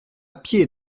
pied